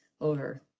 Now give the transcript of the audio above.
Over